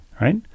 Right